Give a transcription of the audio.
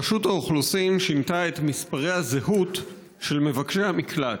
רשות האוכלוסין שינתה את מספרי הזהות של מבקשי המקלט,